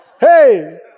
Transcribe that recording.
Hey